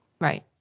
Right